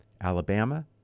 Alabama